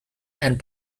and